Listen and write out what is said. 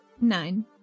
Nine